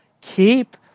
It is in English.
Keep